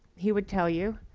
he would tell you,